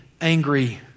angry